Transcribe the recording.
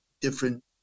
different